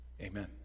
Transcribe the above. Amen